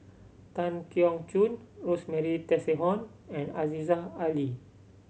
Tan Keong Choon Rosemary Tessensohn and Aziza Ali